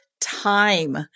time